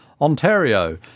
Ontario